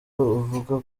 uvuga